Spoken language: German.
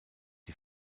die